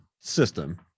system